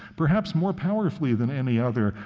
perhaps more powerfully than any other,